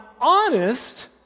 honest